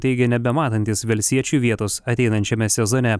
teigė nebematantis velsiečiui vietos ateinančiame sezone